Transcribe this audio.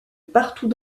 partout